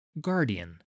guardian